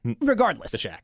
regardless